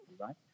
right